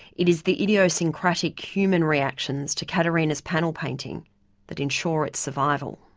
it is the idiosyncratic human reactions to caterina's panel painting that ensure its survival.